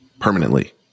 permanently